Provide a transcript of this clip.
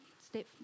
Step